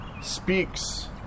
speaks